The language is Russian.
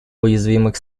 уязвимых